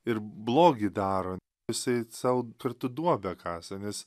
ir blogį daro jisai sau kartu duobę kasa nes